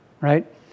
right